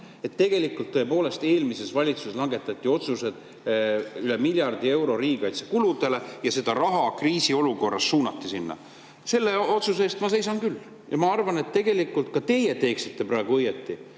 Tegelikult tõepoolest, eelmises valitsuses langetati otsus [lisada] üle miljardi euro riigikaitsekuludele ja kriisiolukorras suunati raha sinna. Selle otsuse eest ma seisan küll ja ma arvan, et tegelikult ka teie teeksite praegu õigesti